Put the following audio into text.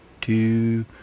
two